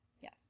Yes